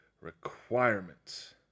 requirements